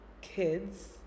kids